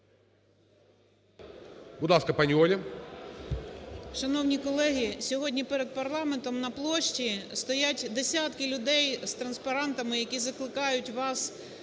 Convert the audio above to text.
Шановні колеги, сьогодні перед парламентом на площі стоять десятки людей з транспарантами, які закликають вас